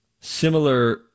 similar